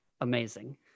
amazing